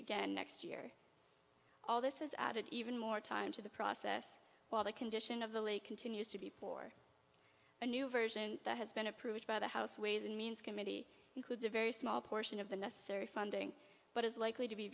again next year all this added even more time to the process while the condition of the lake continues to be poor a new version that has been approved by the house ways and means committee includes a very small portion of the necessary funding but it's likely to be